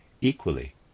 equally